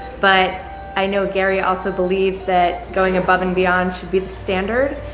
but i know gary also believes that going above and beyond should be the standard.